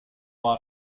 par